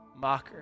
mocker